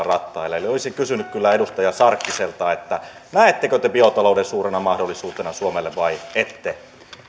rattailla eli olisin kysynyt kyllä edustaja sarkkiselta näettekö te biotalouden suurena mahdollisuutena suomelle vai ette